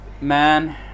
Man